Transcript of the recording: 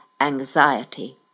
anxiety